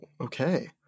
okay